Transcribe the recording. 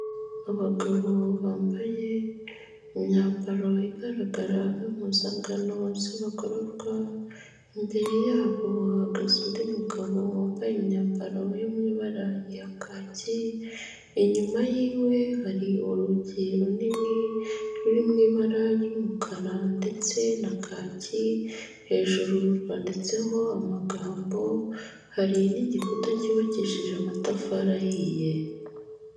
Abagabo bambaye imyambaro igaragara nk'impuzangano z'abagororwa imbere yabo hahagaze undi mugabo wambaye imyambaro yo mu ibarayi ryakaki inyuma yiwe hari urugi runini ruri mu ibara ry'umukara ndetse na kaki hejuru rwanditseho amagambo hari n'igikuta cyubakishije amatafari ahiye.